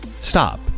Stop